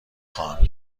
خواهم